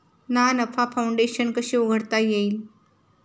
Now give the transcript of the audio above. ना नफा फाउंडेशन कशी उघडता येईल?